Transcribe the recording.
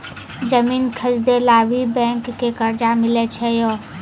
जमीन खरीदे ला भी बैंक से कर्जा मिले छै यो?